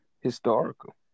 historical